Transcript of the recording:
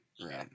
right